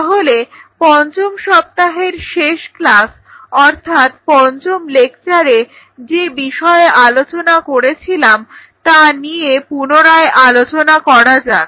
তাহলে পঞ্চম সপ্তাহের শেষ ক্লাস অর্থাৎ পঞ্চম লেকচারে যে বিষয়ে আলোচনা করেছিলাম তা নিয়ে পুনরায় আলোচনা করা যাক